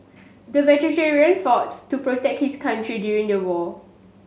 the fought to protect his country during the war